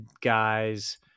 guys